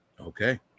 Okay